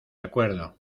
acuerdo